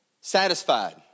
satisfied